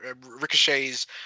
ricochets